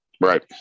right